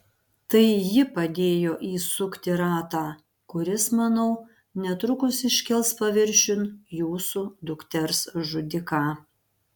tai ji padėjo įsukti ratą kuris manau netrukus iškels paviršiun jūsų dukters žudiką